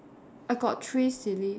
I got three silly